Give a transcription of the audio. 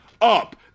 up